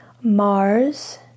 Mars